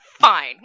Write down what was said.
fine